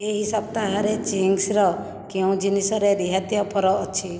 ଏହି ସପ୍ତାହରେ ଚିଙ୍ଗ୍ସ୍ର କେଉଁ ଜିନିଷରେ ରିହାତି ଅଫର୍ ଅଛି